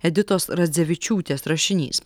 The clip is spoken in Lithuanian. editos radzevičiūtės rašinys